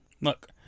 Look